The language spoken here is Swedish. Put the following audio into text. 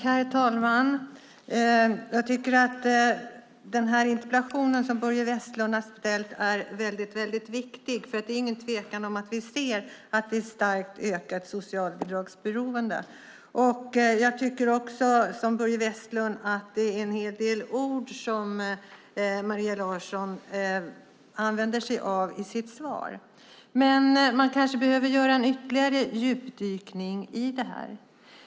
Herr talman! Jag tycker att den interpellation som Börje Vestlund har ställt är väldigt viktig. Det är ingen tvekan om att vi ser att det är ett starkt ökat socialbidragsberoende. Jag tycker också, som Börje Vestlund, att det är en hel del ord som Maria Larsson använder sig av i sitt svar. Man kanske behöver göra en ytterligare djupdykning i det här.